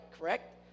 Correct